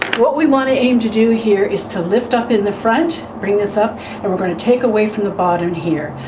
what we want to aim to do here is to lift up in the front bring this up and we're going to take away from the bottom and here.